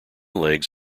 legs